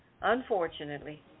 unfortunately